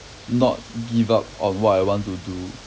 not give up on what I want to do